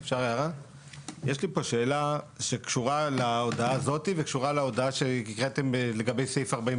יש לי פה שאלה שקשורה להודעה הזאת וקשורה להודעה שהקראתם לגבי סעיף,